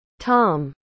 tom